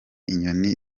inyoni